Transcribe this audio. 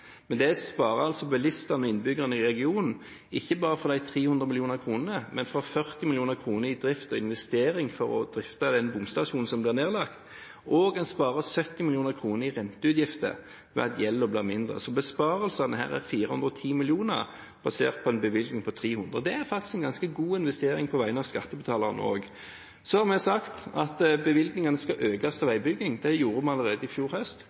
Men det sparer bilistene og innbyggerne i regionen ikke bare for de 300 millioner kronene, men for 40 mill. kr i drift og investering for å drifte den bomstasjonen som blir nedlagt, og en sparer 70 mill. kr i renteutgifter ved at gjelden blir mindre. Besparelsene her er 410 mill. kr basert på en bevilgning på 300 mill. kr. Det er faktisk en ganske god investering på vegne av skattebetalerne også. Så har vi sagt at bevilgningene til veibygging skal økes. Det gjorde vi allerede i fjor høst.